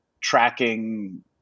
tracking